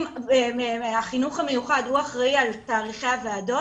אם החינוך המיוחד אחראי על תאריכי הוועדות,